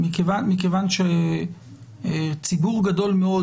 הדבר השני שאנחנו עושים,